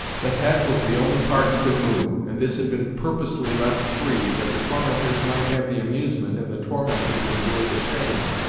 the head was the only part he could move, and this had been purposely left free, that the tormentors might have the amusement, and the tormented endure the shame,